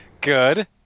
Good